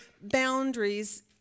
boundaries